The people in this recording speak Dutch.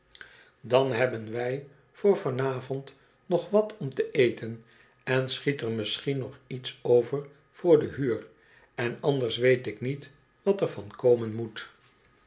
dan hebben wij voor van avond nog wat om te eten en schiet er misschien nog iets over voor de huur en anders weet ik niet wat er van komen moet